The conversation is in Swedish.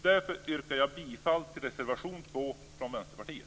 Därför yrkar jag bifall till reservation 2 från Vänsterpartiet.